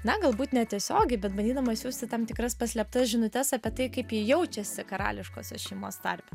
na galbūt netiesiogiai bet bandydama siųsti tam tikras paslėptas žinutes apie tai kaip ji jaučiasi karališkosios šeimos tarpe